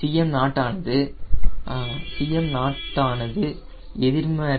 Cm0 ஆனது எதிர்மறை